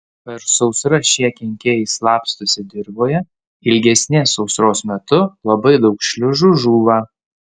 per sausras šie kenkėjai slapstosi dirvoje ilgesnės sausros metu labai daug šliužų žūva